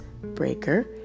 Breaker